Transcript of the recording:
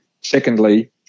Secondly